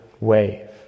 wave